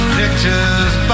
pictures